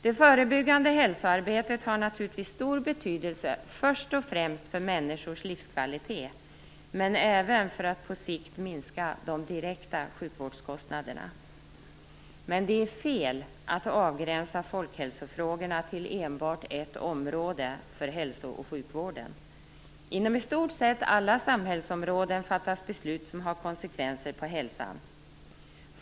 Det förebyggande hälsoarbetet har naturligtvis stor betydelse, först och främst för människors livskvalitet, men även för att på sikt minska de direkta sjukvårdskostnaderna. Men det är fel att avgränsa folkhälsofrågorna till enbart ett område för hälso och sjukvården. Inom i stort sett alla samhällsområden fattas beslut som har konsekvenser på hälsan.